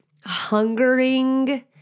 hungering